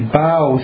bow